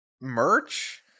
merch